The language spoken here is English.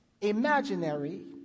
imaginary